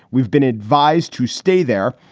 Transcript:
we've been advised to stay there.